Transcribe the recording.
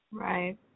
Right